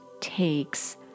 takes